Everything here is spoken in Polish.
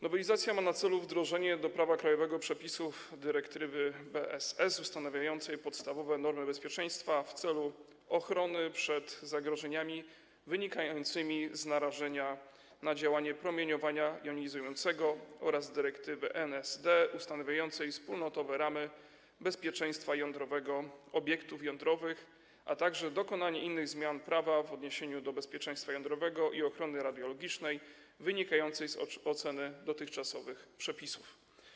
Nowelizacja ma na celu wdrożenie do prawa krajowego przepisów dyrektywy BSS ustanawiającej podstawowe normy bezpieczeństwa w celu ochrony przed zagrożeniami wynikającymi z narażenia na działanie promieniowania jonizującego oraz dyrektywy NSD ustanawiającej wspólnotowe ramy bezpieczeństwa jądrowego, obiektów jądrowych, a także dokonanie innych zmian prawa w odniesieniu do bezpieczeństwa jądrowego i ochrony radiologicznej wynikającej z oceny dotychczasowych przepisów.